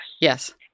Yes